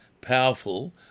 powerful